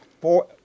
four